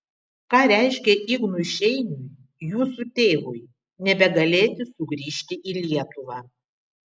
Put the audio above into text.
ką reiškė ignui šeiniui jūsų tėvui nebegalėti sugrįžti į lietuvą